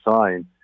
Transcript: sign